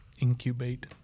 Incubate